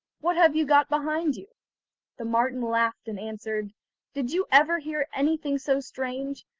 what have you got behind you the marten laughed and answered did you ever hear anything so strange?